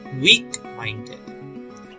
weak-minded